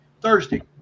Thursday